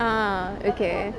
ah okay